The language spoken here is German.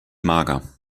mager